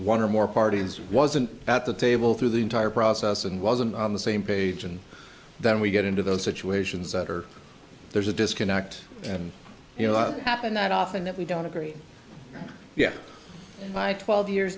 one or more parties wasn't at the table through the entire process and wasn't on the same page and then we get into those situations that are there's a disconnect and you know happen that often that we don't agree you have by twelve years